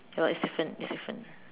ya lor it's different it's different